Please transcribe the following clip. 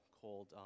called